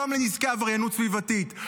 יום לנזקי עבריינות סביבתית.